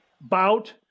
bout